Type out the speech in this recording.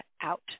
out